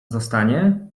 zostanie